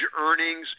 earnings